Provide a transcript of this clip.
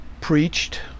preached